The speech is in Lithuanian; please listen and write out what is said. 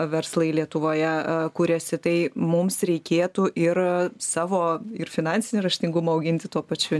verslai lietuvoje kuriasi tai mums reikėtų ir savo ir finansinį raštingumą auginti tuo pačiu